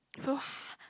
so